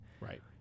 right